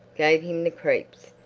gave him the creeps.